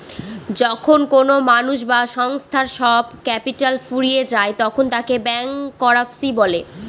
যখন কোনো মানুষ বা সংস্থার সব ক্যাপিটাল ফুরিয়ে যায় তখন তাকে ব্যাংকরাপসি বলে